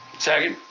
second.